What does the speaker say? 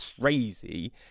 Crazy